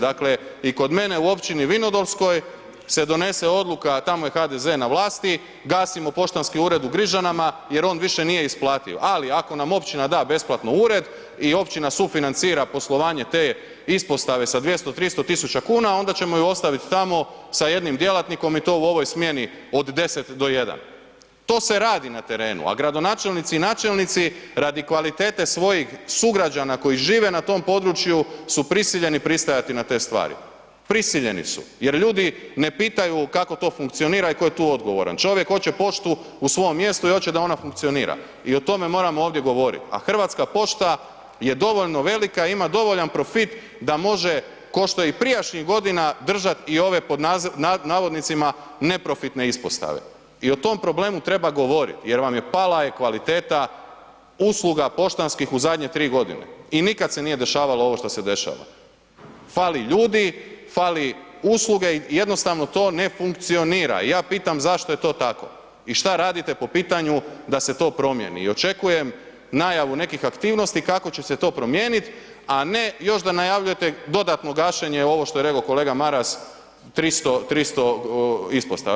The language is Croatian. Dakle, i kod mene u općini Vinodolskoj se donese odluka, tamo je HDZ na vlasti, gasimo poštanski ured u Grižanama jer on više nije isplativ, ali ako nam općina da besplatno ured i općina sufinancira poslovanje te ispostave sa 200-300.000,00 kn onda ćemo ju ostavit tamo sa jednim djelatnikom i to u ovoj smjeni od 10 do 1. To se radi na terenu, a gradonačelnici i načelnici radi kvalitete svojih sugrađana koji žive na tom području su prisiljeni pristajati na te stvari, prisiljeni su jer ljudi ne pitaju kako to funkcionira i tko je tu odgovoran, čovjek oće poštu u svom mjestu i oće da ona funkcionira i o tome moramo ovdje govorit, a Hrvatska pošta je dovoljno velika, ima dovoljan profit da može košto i prijašnjih godina držat i ove pod navodnicima neprofitne ispostave i o tom problemu treba govorit jer vam je, pala je kvaliteta usluga poštanskih u zadnje 3.g. i nikad se nije dešavalo ovo što se dešava, fali ljudi, fali usluge i jednostavno to ne funkcionira i ja pitam zašto je to tako i šta radite po pitanju da se to promijeni i očekujem najavu nekih aktivnosti kako će se to promijenit, a ne još da najavljujete dodatno gašenje ovo što je reko kolega Maras, 300, 300 ispostava.